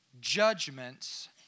judgments